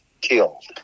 killed